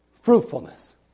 Fruitfulness